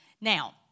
Now